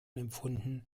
empfunden